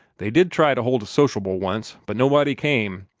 they did try to hold a sociable once, but nobody came,